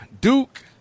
Duke